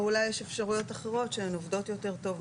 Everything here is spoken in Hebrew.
אולי יש אפשרויות אחרות שהן עובדות יותר טוב,